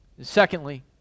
Secondly